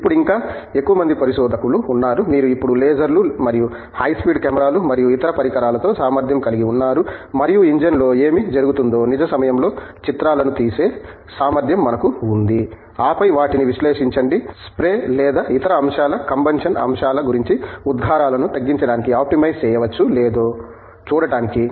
ఇప్పుడు ఇంకా ఎక్కువ మంది పరిశోధకులు ఉన్నారు వీరు ఇప్పుడు లేజర్లు మరియు హైస్పీడ్ కెమెరాలు మరియు ఇతర పరికరాలతో సామర్ధ్యం కలిగి ఉన్నారు మరియు ఇంజిన్లో ఏమి జరుగుతుందో నిజ సమయంలో చిత్రాలను తీసే సామర్ధ్యం మనకు ఉంది ఆపై వాటిని విశ్లేషించండి స్ప్రే లేదా ఇతర అంశాల కంబసన్ అంశాల గురించి ఉద్గారాలను తగ్గించడానికి ఆప్టిమైజ్ చేయవచ్చో లేదో చూడటానికి